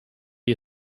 you